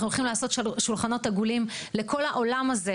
אנחנו והלכים לעשות שולחנות עגולים לכל העולם הזה,